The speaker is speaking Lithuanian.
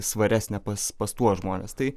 svaresnė pas pas tuos žmones tai